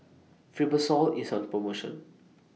Fibrosol IS on promotion